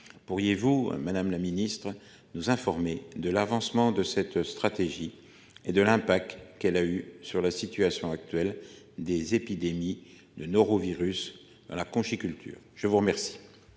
Pourriez-vous Madame la Ministre nous informer de l'avancement de cette stratégie et de l'impact qu'elle a eu sur la situation actuelle des épidémies de norovirus la conchyliculture, je vous remercie.